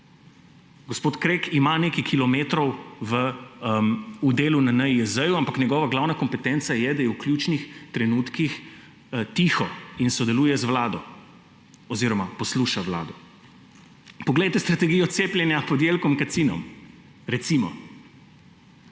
Gospod Krek ima nekaj kilometrov v delu na NIJZ, ampak njegova glavna kompetenca je, da je v ključnih trenutkih tiho in sodeluje z Vlado oziroma posluša Vlado. Poglejte strategijo cepljenja pod Jelkom Kacinom, recimo.